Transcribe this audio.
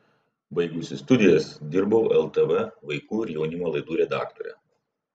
baigusi studijas dirbau ltv vaikų ir jaunimo laidų redaktore